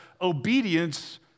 obedience